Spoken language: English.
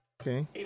Okay